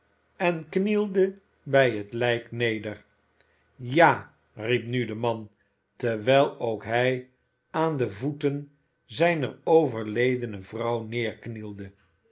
en knielde bij het lijk neder ja riep nu de man terwijl ook hij aan de voeten zijner overledene vrouw nederknielde